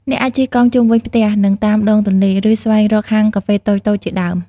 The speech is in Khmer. អ្នកអាចជិះកង់ជុំវិញផ្សារ និងតាមដងទន្លេ ឬស្វែងរកហាងកាហ្វេតូចៗជាដើម។